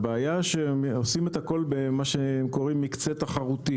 הבעיה היא שעושים את הכל במה שהם קוראים לו "מקצה תחרותי"